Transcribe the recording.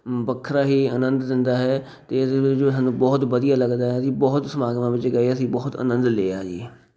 ਵੱਖਰਾ ਹੀ ਆਨੰਦ ਦਿੰਦਾ ਹੈ ਅਤੇ ਸਾਨੂੰ ਬਹੁਤ ਵਧੀਆ ਲੱਗਦਾ ਹੈ ਅਸੀਂ ਬਹੁਤ ਸਮਾਗਮਾਂ ਵਿੱਚ ਗਏ ਅਸੀਂ ਬਹੁਤ ਆਨੰਦ ਲਿਆ ਜੀ